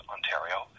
Ontario